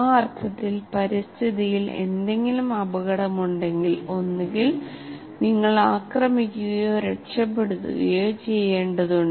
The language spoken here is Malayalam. ആ അർത്ഥത്തിൽ പരിസ്ഥിതിയിൽ എന്തെങ്കിലും അപകടമുണ്ടെങ്കിൽ ഒന്നുകിൽ നിങ്ങൾ ആക്രമിക്കുകയോ രക്ഷപ്പെടുകയോ ചെയ്യേണ്ടതുണ്ട്